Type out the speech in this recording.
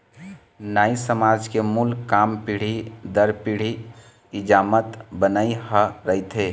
नाई समाज के मूल काम पीढ़ी दर पीढ़ी हजामत बनई ह रहिथे